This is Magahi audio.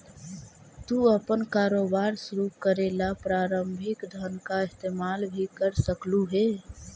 तू अपन कारोबार शुरू करे ला प्रारंभिक धन का इस्तेमाल भी कर सकलू हे